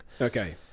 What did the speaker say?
okay